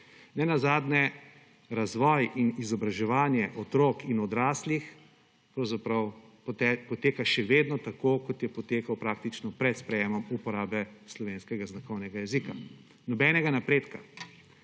Nenazadnje razvoj in izobraževanje otrok in odraslih pravzaprav poteka še vedno tako, kot je potekal praktično pred sprejemom uporabe slovenskega znakovnega jezika. Nobenega napredka.